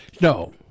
No